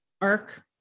arc